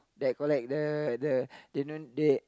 that collect the the the the